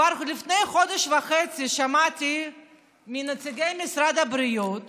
כבר לפני חודש וחצי שמעתי מנציגי משרד הבריאות